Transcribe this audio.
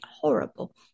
horrible